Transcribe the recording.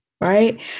right